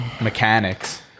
mechanics